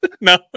no